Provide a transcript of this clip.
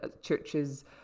churches